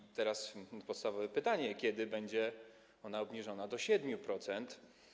I teraz podstawowe pytanie: Kiedy będzie ona obniżona do 7%?